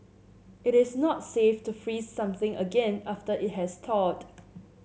it is not safe to freeze something again after it has thawed